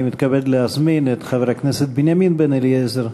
אני מתכבד להזמין את חבר הכנסת בנימין בן-אליעזר.